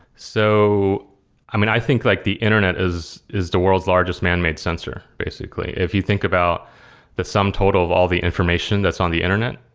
so i mean, i think like the internet is is the world's largest manmade sensor basically. if you think about the sum total of all the information that's on the internet,